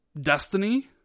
Destiny